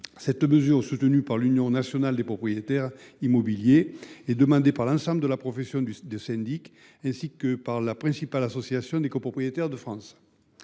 Cette mesure, soutenue par l’Union nationale des propriétaires immobiliers (UNPI), est également demandée par l’ensemble de la profession de syndic, ainsi que par la principale association de copropriétaires de France.